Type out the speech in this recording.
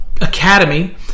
academy